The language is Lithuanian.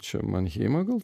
čia manheimą gal